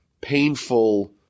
painful